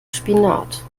spinat